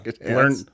Learn